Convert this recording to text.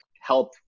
help